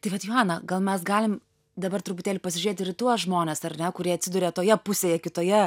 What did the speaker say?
tai vat joana gal mes galim dabar truputėlį pasižiūrėt ir į tuos žmones ar ne kurie atsiduria toje pusėje kitoje